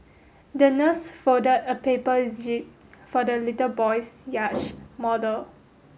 the nurse folded a paper jib for the little boy's yacht model